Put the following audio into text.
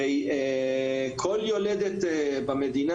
הרי כל יולדת במדינה,